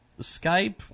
Skype